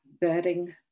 bedding